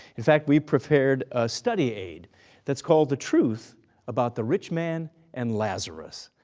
in fact we prepared a study aid that's called the truth about the rich man and lazarus.